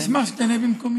אני אשמח שהיא תענה במקומי.